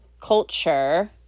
culture